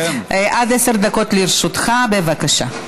עד עשר דקות לרשותך, בבקשה.